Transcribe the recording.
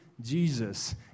Jesus